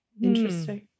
Interesting